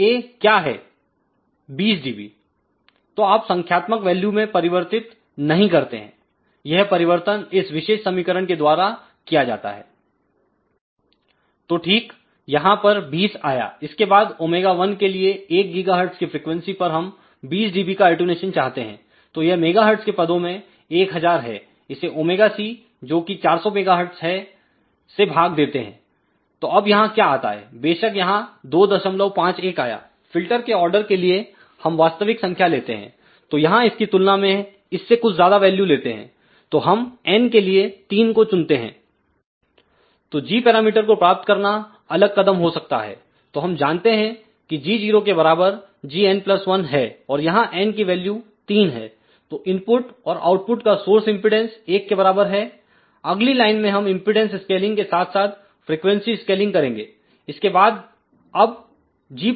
20 dB तो आप संख्यात्मक वैल्यू में परिवर्तित नहीं करते हैं यह परिवर्तन इस विशेष समीकरण के द्वारा किया जाता है तो ठीक यहां पर 20 आया इसके बाद ω1 के लिए 1 GHz की फ्रीक्वेंसी पर हम 20 dB का अटेंन्यूशन चाहते हैं तो यह MHz के पदों में 1000 है इसे ωc जो कि 400 MHz है से भाग देते हैं तो अब यहां क्या आता है बेशक यहां 251आया फिल्टर के आर्डर के लिए हम वास्तविक संख्या लेते हैं तो यहां इसकी तुलना में इससे कुछ ज्यादा वैल्यू लेते हैं तो हम n के लिए 3 को चुनते हैं तो g पैरामीटर को प्राप्त करना अगला कदम हो सकता है तो हम जानते हैं कि g0के बराबर gn1हैऔर यहां n की वैल्यू 3है तो इनपुट और आउटपुट का सोर्स इंपेडेंस 1 के बराबर है अगली लाइन में हम इंपेडेंस स्केलिंग के साथ साथ फ्रीक्वेंसी स्केलिंग करेंगे इसके बाद अब g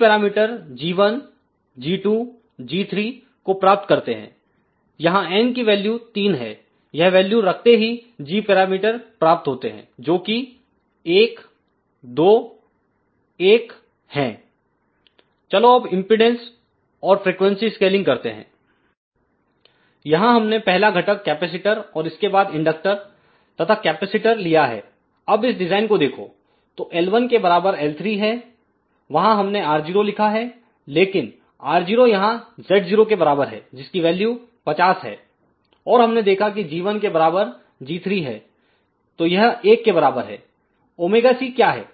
parameter g1 g2 g3 को प्राप्त करते हैं यहां n की वैल्यू 3है यह वैल्यू रखते ही g पैरामीटर प्राप्त होते हैं जोकि 1 2 1 हैं चलो अब इंपेडेंस और फ्रीक्वेंसी स्केलिंग करते हैं यहां हमने पहला घटक कैपेसिटर और इसके बाद इंडक्टर तथा कैपेसिटर लिया अब इस डिजाइन को देखोतो L1 के बराबर L3 है वहां हमने R0 लिखा है लेकिन R0 यहां Z0 के बराबर है जिसकी वैल्यू 50 है और हमने देखा कि g1 के बराबर g3 है तो यह 1 के बराबर है ωc क्या है